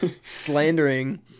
Slandering